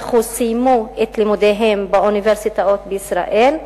33% סיימו את לימודיהם באוניברסיטאות בישראל,